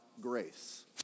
grace